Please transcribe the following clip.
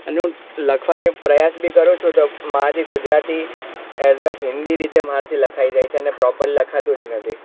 અને હું લખવાની પ્રયાસ બી કરું છું તો મારી ગુજરાતી એઝ અ હિન્દી રીતે મારાથી લખાઈ જાય છે અને પ્રોપર લખાતું જ નથી